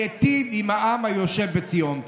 להיטיב עם העם היושב בציון.